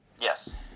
Yes